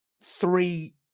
three